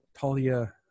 Talia